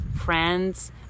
friends